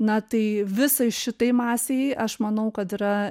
na tai visai šitai masei aš manau kad yra